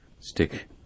stick